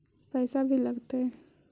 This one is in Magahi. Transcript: पैसा भी लगतय?